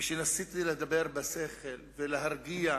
כשניסיתי לדבר בשכל ולהרגיע,